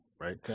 right